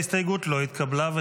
ההסתייגות לא התקבלה.